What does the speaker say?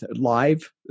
live